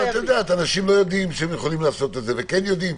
אנשים לא יודעים שיכולים לעשות את זה, וכן יודעים.